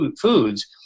foods